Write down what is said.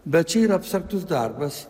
bet čia yra abstraktus darbas